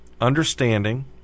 understanding